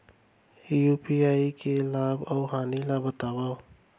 UPI के लाभ अऊ हानि ला बतावव